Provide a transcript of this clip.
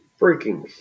freaking